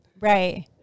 Right